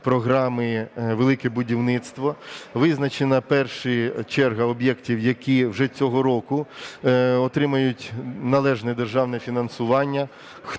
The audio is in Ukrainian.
програми "Велике будівництво". Визначена перша черга об'єктів, які вже цього року отримають належне державне фінансування: